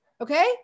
Okay